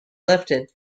lifted